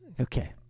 Okay